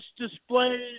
displays